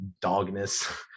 dogness